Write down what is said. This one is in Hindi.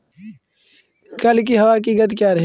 कल की हवा की गति क्या रहेगी?